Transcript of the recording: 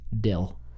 Dill